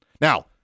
Now